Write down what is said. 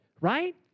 right